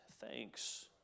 thanks